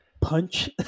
punch